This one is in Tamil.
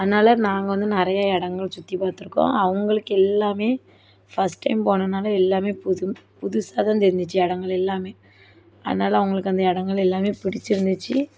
அதனால் நாங்கள் வந்து நிறைய இடங்கள் சுற்றி பாத்திருக்கோம் அவங்களுக்கு எல்லாம் ஃபஸ்ட் டைம் போனதுனாலே எல்லாம் புதுசு புதுசாக தான் தெரிஞ்சுச்சு இடங்கள் எல்லாம் அதனால் அவங்களுக்கு அந்த இடங்கள் எல்லாம் பிடிச்சிருந்துச்சு